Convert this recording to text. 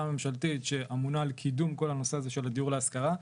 הממשלתית שאמונה על קידום כל הנושא הזה של דיור להשכרה.